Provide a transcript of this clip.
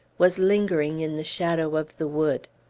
was lingering in the shadow of the wood.